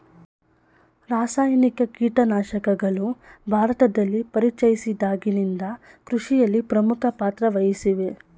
ರಾಸಾಯನಿಕ ಕೀಟನಾಶಕಗಳು ಭಾರತದಲ್ಲಿ ಪರಿಚಯಿಸಿದಾಗಿನಿಂದ ಕೃಷಿಯಲ್ಲಿ ಪ್ರಮುಖ ಪಾತ್ರ ವಹಿಸಿವೆ